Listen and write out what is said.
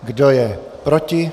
Kdo je proti?